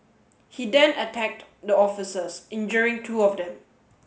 he then attacked the officers injuring two of them